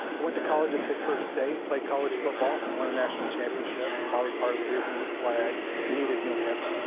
went to college at pittsburgh state, played college football, won a national championship, probably part of the reason why i needed new hips.